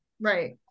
right